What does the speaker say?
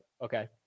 Okay